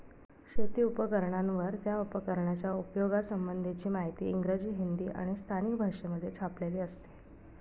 शेती उपकरणांवर, त्या उपकरणाच्या उपयोगा संबंधीची माहिती इंग्रजी, हिंदी आणि स्थानिक भाषेमध्ये छापलेली असते